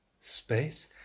space